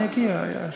אני אגיע.